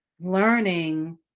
learning